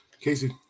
casey